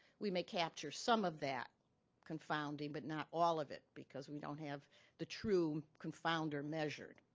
we may capture some of that confounding but not all of it because we don't have the true confounder measured.